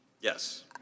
Yes